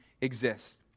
exist